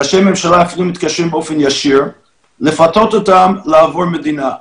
ראשי ממשלה אפילו מתקשרים באופן ישיר לפתות אותם לעבור מדינה,